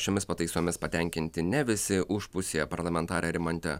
šiomis pataisomis patenkinti ne visi už pusėje parlamentarė rimantė